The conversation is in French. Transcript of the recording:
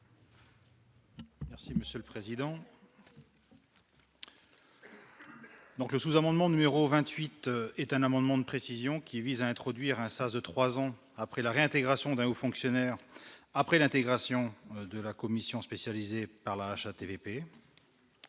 Merci monsieur le président. Donc le sous-amendement numéro 28 est un amendement de précision qui vise à introduire un sas de 3 ans après la réintégration d'un haut fonctionnaire, après l'intégration de la commission spécialisée par la HATVP,